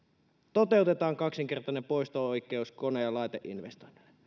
toteutetaan kaksinkertainen poisto oikeus kone ja laiteinvestoinneille